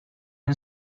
این